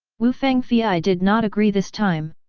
wu fangfei did not agree this time.